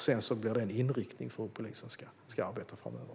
Sedan blir det en inriktning för hur polisen ska arbeta framöver.